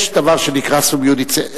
יש דבר שנקרא סוביודיצה.